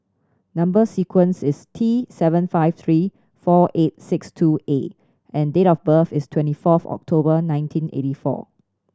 number sequence is T seven five three four eight six two A and date of birth is twenty fourth October nineteen eighty four